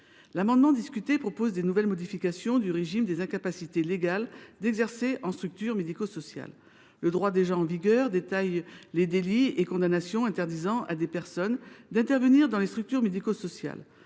Gouvernement propose de nouvelles modifications du régime des incapacités légales d’exercer en structure médico sociale. Le droit en vigueur détaille déjà les délits et condamnations qui interdisent à une personne d’intervenir dans les structures médico sociales.